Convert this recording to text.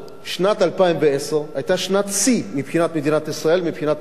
שנת 2010 היתה שנת שיא למדינת ישראל מבחינה תיירותית.